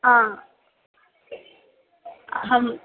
अहं